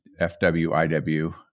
FWIW